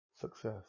success